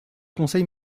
conseil